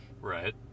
right